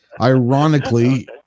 ironically